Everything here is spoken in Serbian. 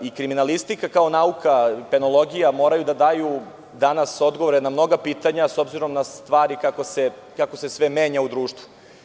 I kriminalistika, kao nauka, i penologija moraju da daju danas odgovore na mnoga pitanja, s obzirom na stvari koje se menjaju u društvu.